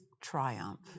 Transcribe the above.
triumph